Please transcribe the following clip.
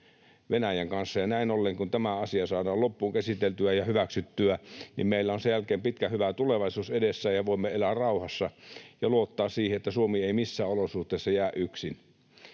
Venäjän kanssa. Näin ollen, kun tämä asia saadaan loppuun käsiteltyä ja hyväksyttyä, meillä on sen jälkeen pitkä, hyvä tulevaisuus edessä ja voimme elää rauhassa ja luottaa siihen, että Suomi ei missään olosuhteissa jää yksin.